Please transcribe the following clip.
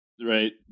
right